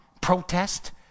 protest